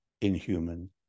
inhuman